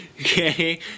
okay